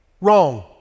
wrong